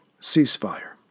ceasefire